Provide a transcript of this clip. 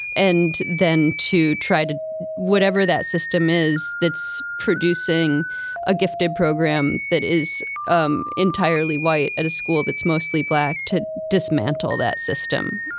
and then to try to whatever that system is that's producing a gifted program that is um entirely white at a school that's mostly black, to dismantle that system.